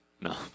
No